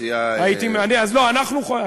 אני חושב